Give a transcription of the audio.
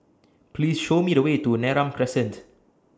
Please Show Me The Way to Neram Crescent